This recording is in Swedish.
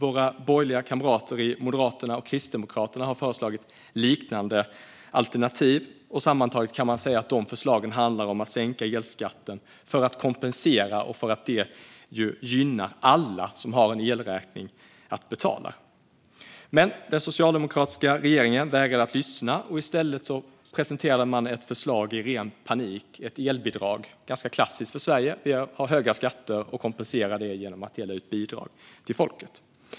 Våra borgerliga kamrater i Moderaterna och Kristdemokraterna har föreslagit liknande alternativ. Sammantaget handlar förslagen om att sänka elskatten för att kompensera för elpriset och för att det gynnar alla som har en elräkning att betala. Den socialdemokratiska regeringen vägrar dock att lyssna. I stället presenterade man i ren panik ett förslag om ett elbidrag. Det är ganska klassiskt för Sverige. Vi har höga skatter och kompenserar det genom att dela ut bidrag till folket.